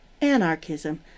Anarchism